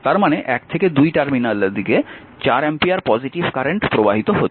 তার মানে 1 থেকে 2 টার্মিনালের দিকে 4 অ্যাম্পিয়ার পজিটিভ কারেন্ট প্রবাহিত হচ্ছে